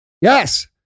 Yes